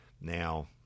Now